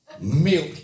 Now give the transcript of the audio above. Milk